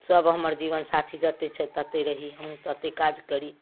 सभ हमर जीवन साथी जतहि छैथ ततहि रही हमहुँ ततहि काज करी